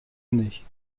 année